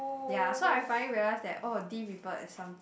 ya so I finally realise that oh D people is some